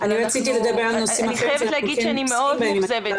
אני חייבת לומר שאני מאוד מאוכזבת.